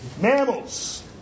Mammals